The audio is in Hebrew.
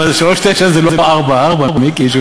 אבל 3.9% זה לא 4.4%, מיקי.